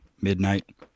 midnight